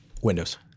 Windows